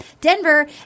Denver